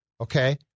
okay